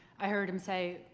i heard him say,